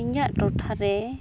ᱤᱧᱟᱹᱜ ᱴᱚᱴᱷᱟᱨᱮ